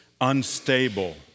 unstable